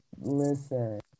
listen